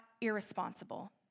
irresponsible